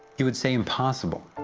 you would say, impossible!